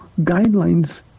guidelines